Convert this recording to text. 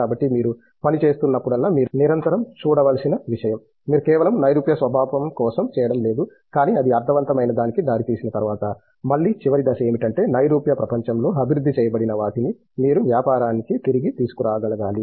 కాబట్టి మీరు పని చేస్తున్నప్పుడల్లా మీరు నిరంతరం చూడాల్సిన విషయం మీరు కేవలం నైరూప్య స్వభావం కోసం చేయడం లేదు కానీ అది అర్ధవంతమైనదానికి దారి తీసిన తరువాత మళ్ళీ చివరి దశ ఏమిటంటే నైరూప్య ప్రపంచంలో అభివృద్ధి చేయబడిన వాటిని మీరు వ్యాపారానికి తిరిగి తీసుకొనిరాగలగాలి